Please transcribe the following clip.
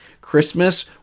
Christmas